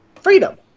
freedom